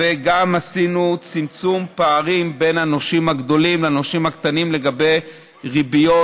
וגם עשינו צמצום פערים בין הנושים הגדולים לנושים הקטנים לגבי ריביות.